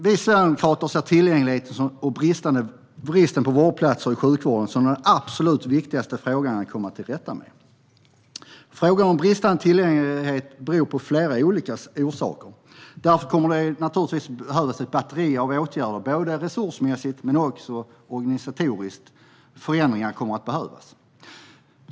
Vi sverigedemokrater ser tillgänglighet och bristen på vårdplatser i sjukvården som den absolut viktigaste frågan att komma till rätta med. Den bristande tillgängligheten har flera orsaker, och därför kommer det naturligtvis att behövas ett batteri av åtgärder. Både resursmässiga och organisatoriska förändringar kommer att behövas.